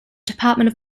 department